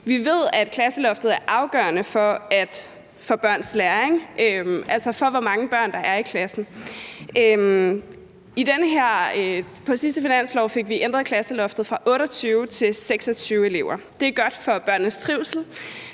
der er i klassen, er afgørende for børns læring. I den sidste finanslov fik vi ændret klasseloftet fra 28 til 26 elever, det er godt for børnenes trivsel,